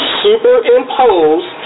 superimpose